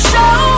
Show